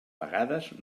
pagades